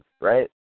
right